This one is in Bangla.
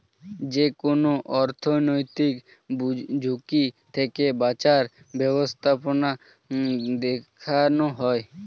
যেকোনো অর্থনৈতিক ঝুঁকি থেকে বাঁচার ব্যাবস্থাপনা শেখানো হয়